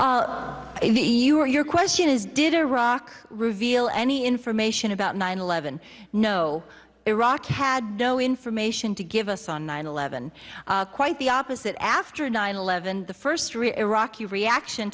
you or your question is did iraq reveal any information about nine eleven no iraq had no information to give us on nine eleven quite the opposite after nine eleven the first real iraqi reaction